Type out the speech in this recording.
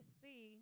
see